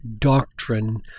doctrine